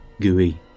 gooey